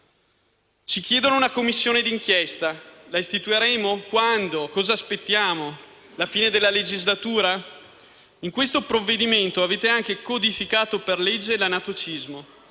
Ci chiedono una Commissione d'inchiesta. La istituiremo? Quando? Cosa aspettiamo? La fine della legislatura? In questo provvedimento avete anche codificato per legge l'anatocismo.